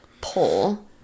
pull